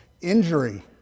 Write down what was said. injury